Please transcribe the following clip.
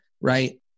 right